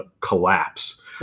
collapse